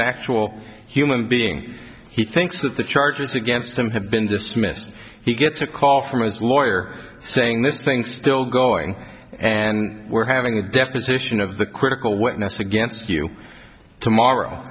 an actual human being he thinks that the charges against him have been dismissed he gets a call from his lawyer saying this thing still going and we're having a deposition of the critical witness against you tomorrow